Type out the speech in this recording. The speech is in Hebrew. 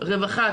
רווחה,